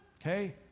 Okay